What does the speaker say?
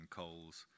coal's